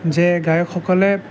যে গায়কসকলে